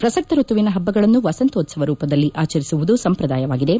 ಪ್ರಸಕ್ತ ಋತುವಿನ ಹಬ್ಬಗಳನ್ನು ವಸಂತೋತ್ಸವ ರೂಪದಲ್ಲಿ ಆಚರಿಸುವುದು ಸಂಪ್ರದಾಯವಾಗಿದೆ